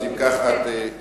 אז אם כך, זה בסדר.